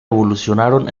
evolucionaron